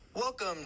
Welcome